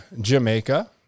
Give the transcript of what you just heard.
Jamaica